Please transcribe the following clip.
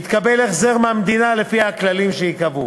יתקבל החזר מהמדינה לפי כללים שייקבעו.